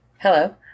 Hello